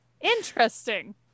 Interesting